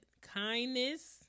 kindness